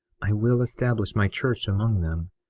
i will establish my church among them,